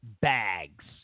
bags